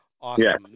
Awesome